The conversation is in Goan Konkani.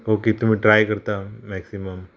ओके तुमी ट्राय करता मॅक्सिमम